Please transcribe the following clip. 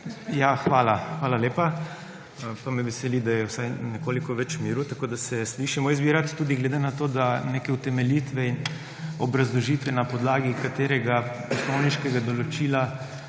Hvala, hvala lepa. Pa me veseli, da je vsaj nekoliko več miru, tako da se slišimo. Glede na to, da neke utemeljitve in obrazložitve, na podlagi katerega poslovniškega določila